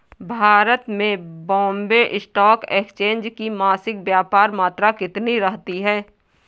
भारत में Bombay stock exchange की मासिक व्यापार मात्रा कितनी रहती है?